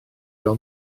fel